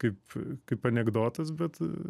kaip kaip anekdotas bet